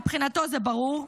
מבחינתו זה ברור,